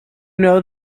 know